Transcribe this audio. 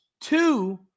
Two